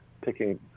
picking